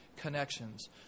connections